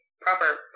proper